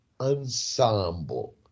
Ensemble